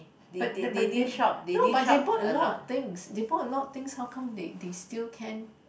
but the but they no but they bought a lot of things they bought a lot of things how come they they still can